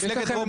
די, די.